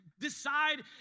decide